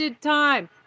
Time